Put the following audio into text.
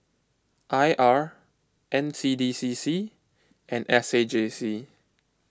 I R N C D C C and S A J C